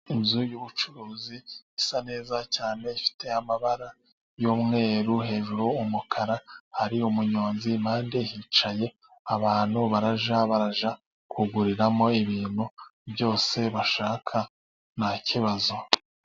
Inzu y'ubucuruzi isa neza cyane , ifite amabara y'umweru , hejuru umukara. Hari umunyonzi , impande hicaye abantu barajya bajya kuguriramo ibintu byose bashaka , nta kibazo.